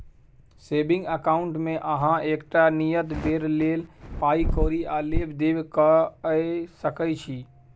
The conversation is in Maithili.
सेबिंग अकाउंटमे अहाँ एकटा नियत बेर लेल पाइ कौरी आ लेब देब कअ सकै छी